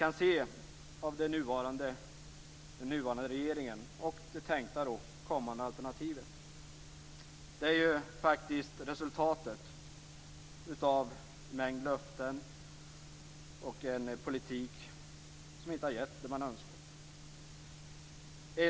Det vi har sett av den nuvarande regeringen och det tänkta kommande alternativet är ju en mängd löften och en politik som inte har gett det man önskat.